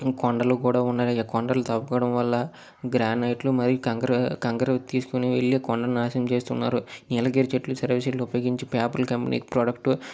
కొండలు కూడా ఉన్నాయి కొండలు తవ్వుకోవడం వల్ల గ్రానైట్లు మరి కంకర కంకరని తీసుకొని వెళ్ళి కొండను నాశనం చేస్తున్నారు నీలగిరి చెట్లు సెరగ చెట్లు ఉపయోగించి పేపర్ల కంపెనీ ప్రొడక్టు